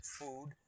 food